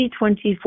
2024